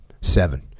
Seven